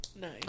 Nice